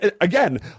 again